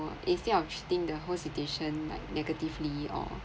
instead of treating the whole situation like negatively or